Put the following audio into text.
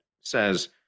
says